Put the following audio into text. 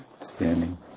standing